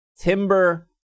Timber